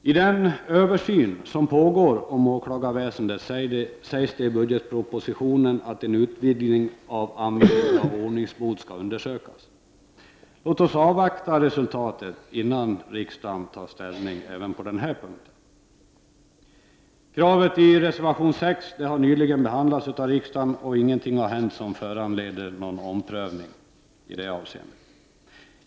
När det gäller den översyn av åklagarväsendet som pågår sägs det i budgetpropositionen att en utvidgning av användning av ordningsbot skall undersökas. Låt oss även på den här punkten avvakta resultatet innan riksdagen tar ställning. Kravet i reservation 6 har nyligen behandlats av riksdagen, och ingenting har hänt som föranleder en omprövning i det avseendet.